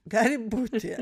gali būti